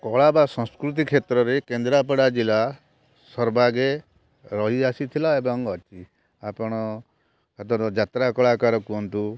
କଳା ବା ସଂସ୍କୃତି କ୍ଷେତ୍ରରେ କେନ୍ଦ୍ରାପଡ଼ା ଜିଲ୍ଲା ସର୍ବାଗ୍ରେ ରହିଆସିଥିଲା ଏବଂ ଅଛି ଆପଣ ଏ ଧର ଯାତ୍ରା କଳାକାର କୁହନ୍ତୁ